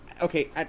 okay